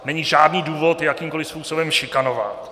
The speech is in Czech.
Není žádný důvod je jakýmkoliv způsobem šikanovat.